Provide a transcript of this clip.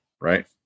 Right